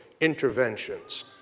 interventions